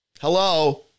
Hello